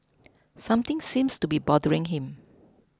something seems to be bothering him